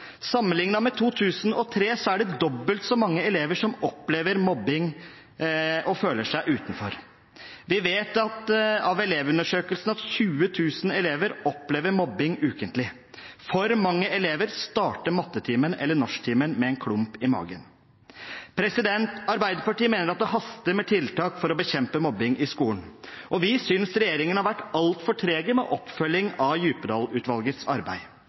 med 2003 er det dobbelt så mange elever som opplever mobbing og føler seg utenfor. Vi vet av elevundersøkelsene at 20 000 elever opplever mobbing ukentlig. For mange elever starter mattetimen eller norsktimen med en klump i magen. Arbeiderpartiet mener at det haster med tiltak for å bekjempe mobbing i skolen. Vi synes regjeringen har vært altfor trege med oppfølging av Djupedal-utvalgets arbeid.